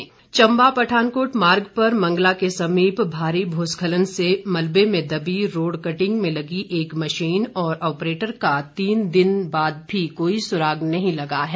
दुर्घटना चम्बा पठानकोट मार्ग पर मंगला के समीप भारी भूस्खलन से मलबे में दबी रोड कटिंग में लगी एक मशीन और ऑप्रेटर का तीन दिन बाद भी कोई सुराग नहीं लगा है